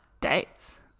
dates